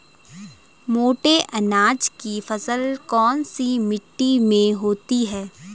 मोटे अनाज की फसल कौन सी मिट्टी में होती है?